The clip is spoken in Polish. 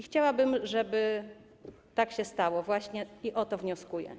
Chciałaby, żeby tak się stało, i właśnie o to wnioskuję.